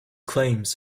claims